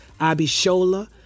Abishola